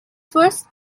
first